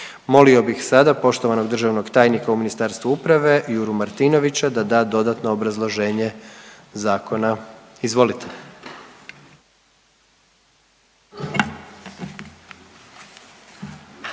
Molio bih sada poštovanog državnog tajnika u Ministarstvo uprave Juru Martinovića da da dodatno obrazloženje zakona. Izvolite.